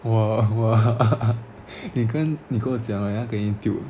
!wah! !wah! 你跟你跟我讲了 tilt